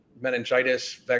meningitis